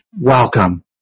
Welcome